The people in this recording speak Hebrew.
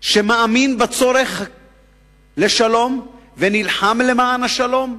שמאמין בצורך בשלום, ונלחם למען השלום,